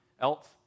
else